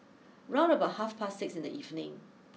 round about half past six in the evening